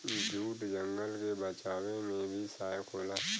jute जंगल के बचावे में भी सहायक होला